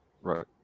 Right